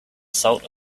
salt